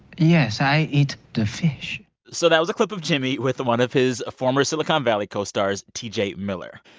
yes, i eat the fish so that was a clip of jimmy with one of his former silicon valley co-stars, t j. miller.